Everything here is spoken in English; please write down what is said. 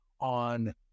on